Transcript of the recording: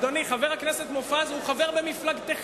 אדוני, חבר הכנסת מופז הוא חבר במפלגתך.